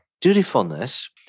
dutifulness